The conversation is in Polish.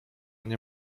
nie